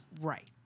Right